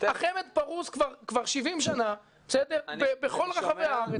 החמ"ד פרוש כבר 70 שנה בכל רחבי הארץ,